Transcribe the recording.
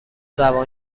زبان